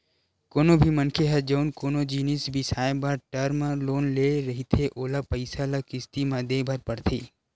कोनो भी मनखे ह जउन कोनो जिनिस बिसाए बर टर्म लोन ले रहिथे ओला पइसा ल किस्ती म देय बर परथे